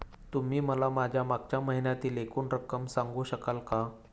तुम्ही मला माझ्या मागच्या महिन्यातील एकूण रक्कम सांगू शकाल का?